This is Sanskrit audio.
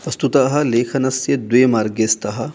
वस्तुतः लेखनस्य द्वे मार्गे स्तः